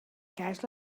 cash